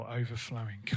overflowing